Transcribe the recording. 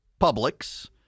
Publix